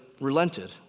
relented